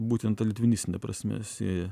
būtent ta litvinistine prasme sieja